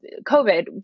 COVID